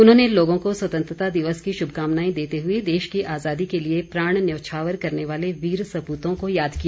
उन्होंने लोगों को स्वतंत्रता दिवस की श्भकामनाएं देते हुए देश की आजादी के लिए प्राण न्यौछावर करने वाले वीर सपूतो को याद किया